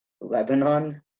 Lebanon